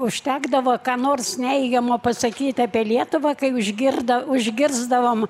užtekdavo ką nors neigiamo pasakyt apie lietuvą kai užgirda užgirsdavom